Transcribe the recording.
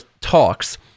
talks